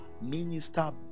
minister